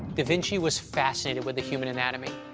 da vinci was fascinated with the human anatomy.